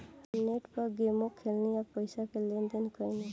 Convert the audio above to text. हम नेट पर गेमो खेलेनी आ पइसो के लेन देन करेनी